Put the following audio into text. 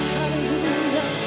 Hallelujah